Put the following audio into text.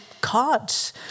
cards